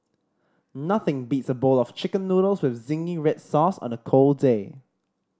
nothing beats a bowl of Chicken Noodles with zingy red sauce on a cold day